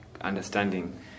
understanding